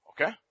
okay